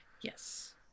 Yes